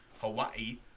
Hawaii